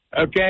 Okay